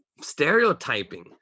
stereotyping